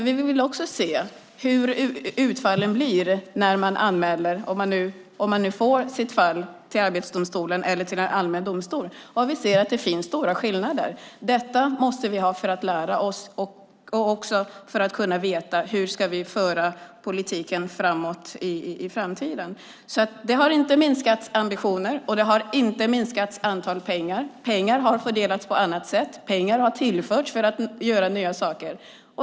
Vi vill också se hur utfallen blir när man anmäler och får sitt fall till Arbetsdomstolen eller till en allmän domstol. Vi ser att det finns stora skillnader. Detta måste vi göra för att lära oss och kunna veta hur vi ska föra politiken framåt i framtiden. Ambitionerna har inte minskat, och mängden pengar har inte minskat. Pengarna har fördelats på ett annat sätt. Pengar har tillförts för att göra nya saker.